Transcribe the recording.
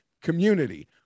community